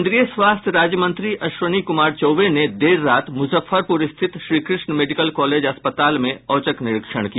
केन्द्रीय स्वास्थ्य राज्य मंत्री अश्विनी कुमार चौबे ने देर रात मुजफ्फरपूर स्थित श्रीकृष्ण मेडिकल कॉलेज अस्पताल में औचक निरीक्षण किया